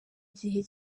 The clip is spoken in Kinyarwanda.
gihe